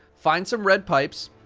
find some red pipes,